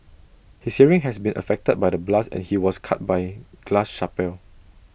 his hearing has been affected by the blast and he was cut by glass shrapnel